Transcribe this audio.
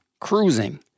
cruising